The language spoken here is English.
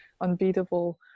unbeatable